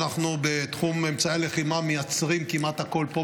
אנחנו בתחום אמצעי הלחימה מייצרים כמעט הכול פה,